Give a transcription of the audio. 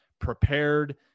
prepared